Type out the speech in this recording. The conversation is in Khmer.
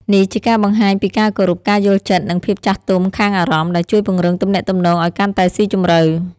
នេះជាការបង្ហាញពីការគោរព ការយល់ចិត្ត និងភាពចាស់ទុំខាងអារម្មណ៍ ដែលជួយពង្រឹងទំនាក់ទំនងឱ្យកាន់តែស៊ីជម្រៅ។